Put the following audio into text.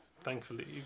thankfully